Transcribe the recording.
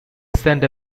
send